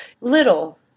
Little